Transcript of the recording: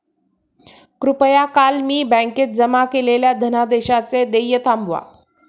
कृपया काल मी बँकेत जमा केलेल्या धनादेशाचे देय थांबवा